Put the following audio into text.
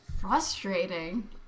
Frustrating